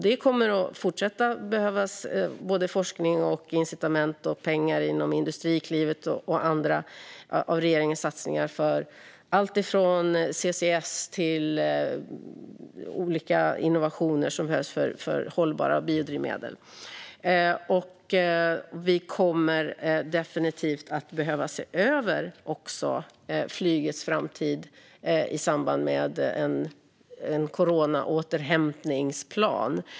Det kommer att fortsätta att behövas forskning, incitament och pengar inom Industriklivet och andra av regeringens satsningar för alltifrån CCS till olika innovationer för hållbara biodrivmedel. Vi kommer också definitivt att behöva se över flygets framtid i samband med en coronaåterhämtningsplan.